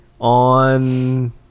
on